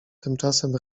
tymczasem